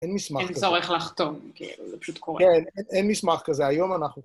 אין מסמך כזה. ‫-אין צורך לחתום, זה פשוט קורה. כן, אין מסמך כזה. היום אנחנו...